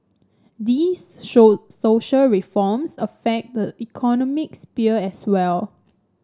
these so social reforms affect the economic sphere as well